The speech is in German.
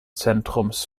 zentrums